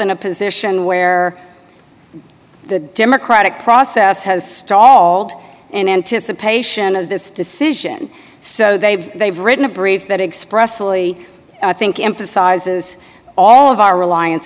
in a position where the democratic process has stalled in anticipation of this decision so they've they've written a brief that expressly i think emphasizes all of our reliance